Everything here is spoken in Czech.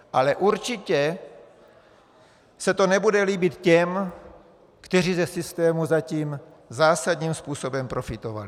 Ale určitě se to nebude líbit těm, kteří ze systému zatím zásadním způsobem profitovali.